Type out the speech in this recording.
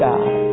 God